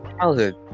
childhood